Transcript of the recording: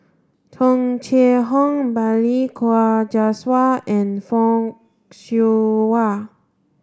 Tung Chye Hong Balli Kaur Jaswal and Fock Siew Wah